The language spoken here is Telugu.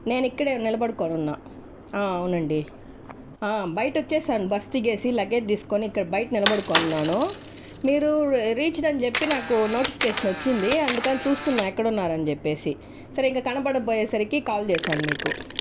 నేనిక్కడే నిలబడుకుని ఉన్నా అవునండి బయట వచ్చేశాను బస్ దిగేసి లగేజ్ తీసుకుని ఇక్కడ బయట నిలబడుకుని ఉన్నాను మీరు రీచ్డ్ అని చెప్పి నాకు నోటిఫికేషన్ వచ్చింది అందుకని చూస్తున్నా ఎక్కడున్నారు అని చెప్పేసి సరే ఇంకా కనపడకపోయేసరికి కాల్ చేశాను మీకు